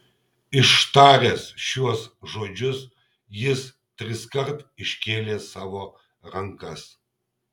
ištaręs šiuos žodžius jis triskart iškėlė savo rankas